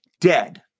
dead